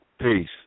Peace